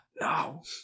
no